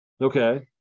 okay